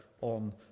on